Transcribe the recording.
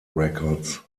records